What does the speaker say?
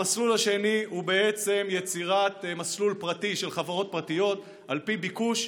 המסלול השני הוא בעצם יצירת מסלול פרטי של חברות פרטיות על פי ביקוש.